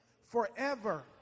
forever